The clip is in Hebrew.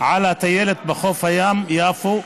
על הטיילת בחוף הים ביפו,